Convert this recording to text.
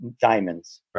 diamonds